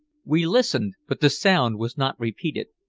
we listened, but the sound was not repeated.